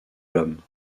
l’homme